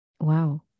Wow